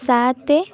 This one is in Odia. ସାତ